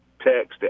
text